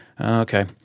Okay